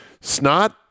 Snot